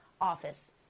office